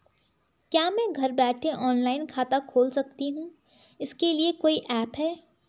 क्या मैं घर बैठे ऑनलाइन खाता खोल सकती हूँ इसके लिए कोई ऐप है?